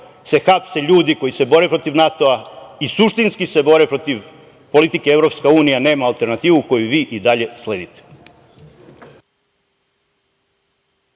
se hapse ljudi koji se bore protiv NATO-a i suštinski se bore protiv politike „Evropska unija nema alternativu“, koju vi i dalje sledite.